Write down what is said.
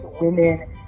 women